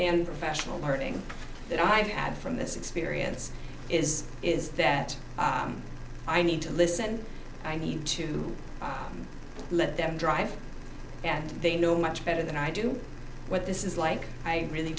and professional learning that i've had from this experience is is that i need to listen i need to let them drive and they know much better than i do what this is like i really